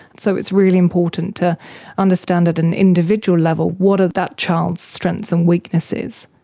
so it's really important to understand at an individual level what are that child's strengths and weaknesses.